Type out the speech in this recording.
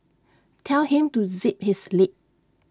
tell him to zip his lip